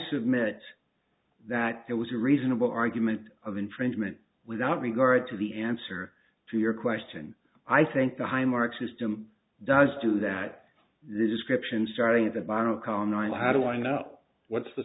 submit that there was a reasonable argument of infringement without regard to the answer to your question i think the high marks system does do that description starting at the barrel colonized how do i know what's the